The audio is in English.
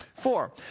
Four